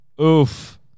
oof